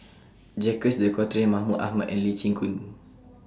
Jacques De Coutre Mahmud Ahmad and Lee Chin Koon